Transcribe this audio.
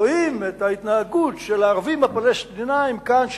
רואים את ההתנהגות של הערבים הפלסטינים כאן,